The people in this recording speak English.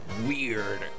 weird